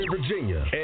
Virginia